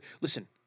listen